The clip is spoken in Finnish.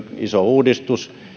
iso uudistus